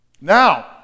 Now